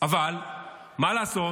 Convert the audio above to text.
אבל מה לעשות